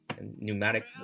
pneumatic